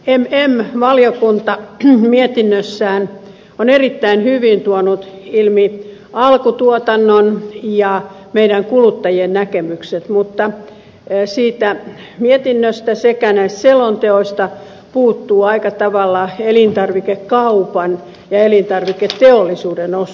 mm valiokunta mietinnössään on erittäin hyvin tuonut ilmi alkutuotannon ja meidän kuluttajien näkemykset mutta siitä mietinnöstä sekä näistä selonteoista puuttuu aika tavalla elintarvikekaupan ja elintarviketeollisuuden osuus